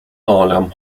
harlem